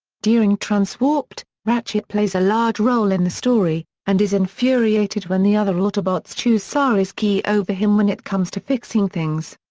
during transwarped, ratchet plays a large role in the story, and is infuriated when the other autobots choose sari's key over him when it comes to fixing things.